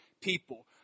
people